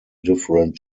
different